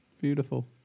Beautiful